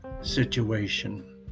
situation